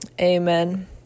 amen